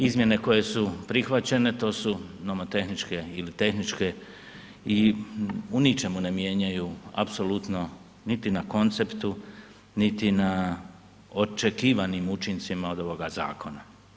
Izmjene koje su prihvaćene to su nomotehničke ili tehničke i u ničemu ne mijenjaju, apsolutno niti na konceptu, niti na očekivanim učincima od ovoga zakona.